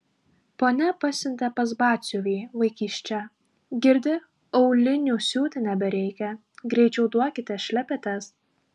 ponia pasiuntė pas batsiuvį vaikiščią girdi aulinių siūti nebereikia greičiau duokite šlepetes